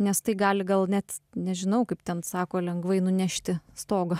nes tai gali gal net nežinau kaip ten sako lengvai nunešti stogą